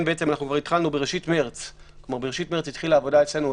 התחלנו כבר בראשית מרץ את העבודה אצלנו.